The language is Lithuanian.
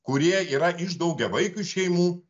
kurie yra iš daugiavaikių šeimų